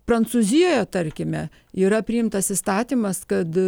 prancūzijoje tarkime yra priimtas įstatymas kad